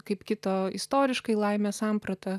kaip kito istoriškai laimės samprata